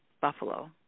buffalo